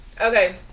Okay